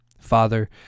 Father